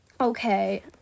Okay